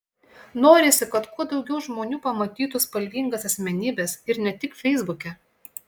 norisi kad kuo daugiau žmonių pamatytų spalvingas asmenybes ir ne tik feisbuke